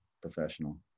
professional